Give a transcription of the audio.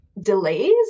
delays